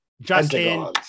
Justin